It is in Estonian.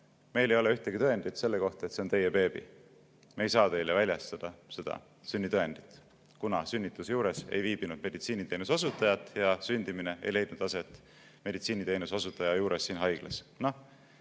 neil ei ole ühtegi tõendit selle kohta, et see on tema beebi. Nad ei saa talle väljastada sünnitõendit, kuna sünnituse juures ei viibinud meditsiiniteenuse osutajat ja sündimine ei leidnud aset meditsiiniteenuse osutaja juures siin haiglas.